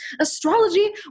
astrology